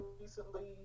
recently